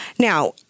Now